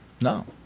No